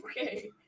Okay